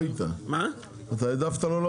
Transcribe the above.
לא היית,